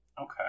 Okay